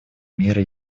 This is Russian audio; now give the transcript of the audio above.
мира